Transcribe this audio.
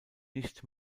nicht